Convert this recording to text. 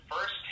first